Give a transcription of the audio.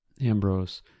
Ambrose